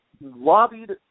Lobbied